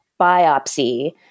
biopsy